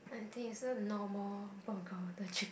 I think it's just a normal